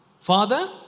Father